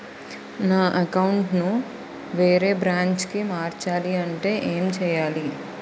నా అకౌంట్ ను వేరే బ్రాంచ్ కి మార్చాలి అంటే ఎం చేయాలి?